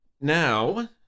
Now